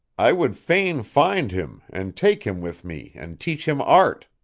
i would fain find him, and take him with me and teach him art.